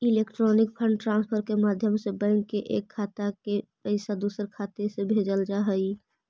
electronic fund transfer के माध्यम से बैंक के एक खाता से दूसर खाते में पैइसा भेजल जा हइ